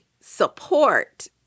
support